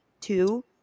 two